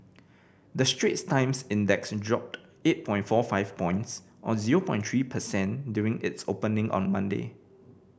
the Straits Times Index dropped eight point four five points or zero point three per cent during its opening on Monday